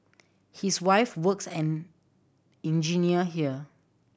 his wife works an engineer here